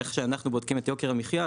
איך שאנחנו בודקים את יוקר המחיה,